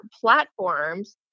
platforms